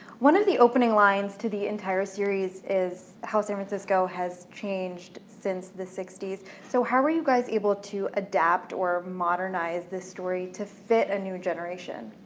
one of the opening lines to the entire series is how san francisco has changed since the sixty s so how were you guys able to adapt or modernize this story to fit a new generation?